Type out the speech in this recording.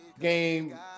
game